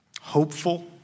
hopeful